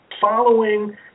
following